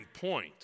point